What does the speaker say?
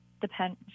depends